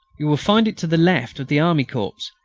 you will find it to the left of the army corps.